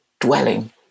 dwelling